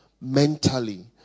mentally